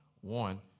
One